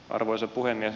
arvoisa puhemies